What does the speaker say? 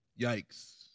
Yikes